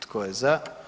Tko je za?